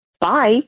Bye